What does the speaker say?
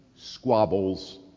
squabbles